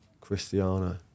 Cristiano